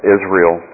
Israel